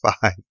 five